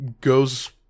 goes